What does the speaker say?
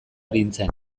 arintzen